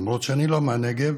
למרות שאני לא מהנגב,